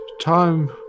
time